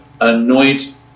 anoint